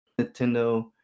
Nintendo